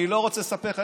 אני לא רוצה לספר לך.